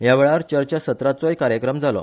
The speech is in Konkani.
ह्यावेळार चर्चा सत्राचोय कार्यक्रम जालो